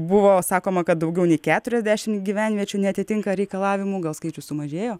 buvo sakoma kad daugiau nei keturiasdešim gyvenviečių neatitinka reikalavimų gal skaičius sumažėjo